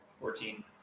Fourteen